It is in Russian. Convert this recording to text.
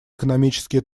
экономические